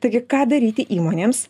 taigi ką daryti įmonėms